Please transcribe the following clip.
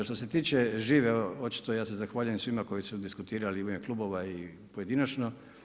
Što se tiče žive očito ja se zahvaljujem svima koji su diskutirali u ime klubova i pojedinačno.